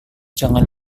jangan